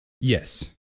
Yes